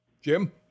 Jim